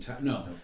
No